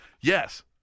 yes